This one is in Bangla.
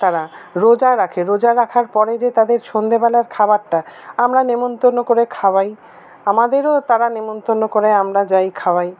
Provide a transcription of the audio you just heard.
তারা রোজা রাখে রোজা রাখার পরে যে তাদের সন্ধ্যেবেলার খাবারটা আমরা নেমন্তন্ন করে খাওয়াই আমাদেরও তারা নেমন্তন্ন করে আমরা যাই খাওয়াই